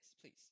please